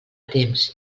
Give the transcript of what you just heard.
temps